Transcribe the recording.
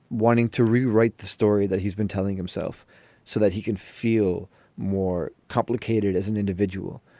wanting to rewrite the story that he's been telling himself so that he can feel more complicated as an individual.